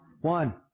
One